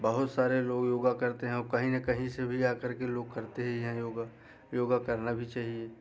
बहुत सारे लोग योग करते हैं और कहीं न कहीं से भी आ करके लोग करते ही हैं योग योग करना भी चाहिए